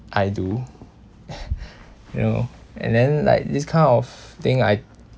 I do you know and then like this kind of thing I